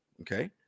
okay